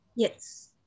Yes